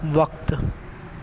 وقت